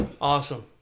Awesome